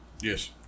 Yes